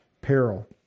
peril